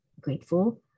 grateful